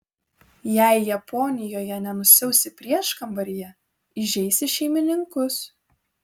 jei japonijoje nenusiausi prieškambaryje įžeisi šeimininkus